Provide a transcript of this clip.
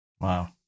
Wow